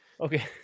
Okay